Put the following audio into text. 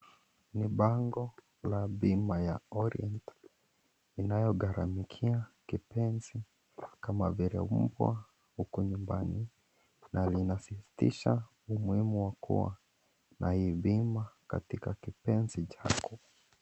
Ni bango la bima ya (cs)Orient(cs) inayogharamikia kipenzi na kama vile mbwa huko nyumbani na linasisitiza umuhimu wa kuwa na hii bima katika kipenzi chako.